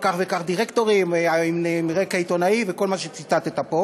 כך וכך דירקטורים עם רקע עיתונאי וכל מה שציטטת פה.